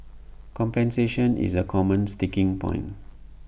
compensation is A common sticking point